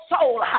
soul